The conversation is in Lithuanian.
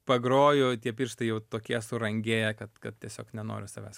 pagroju tie pirštai jau tokie surangėję kad kad tiesiog nenoriu savęs